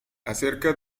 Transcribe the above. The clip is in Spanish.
acerca